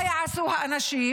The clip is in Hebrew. מה יעשו האנשים.